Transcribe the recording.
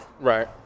Right